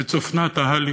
וצפנת אהלי